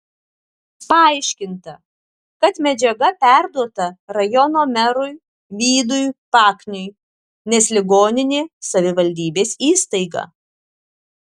paaiškinta kad medžiaga perduota rajono merui vydui pakniui nes ligoninė savivaldybės įstaiga